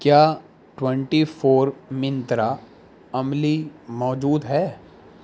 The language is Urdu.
کیا ٹوینٹی فور منترا املی موجود ہے